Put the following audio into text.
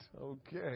okay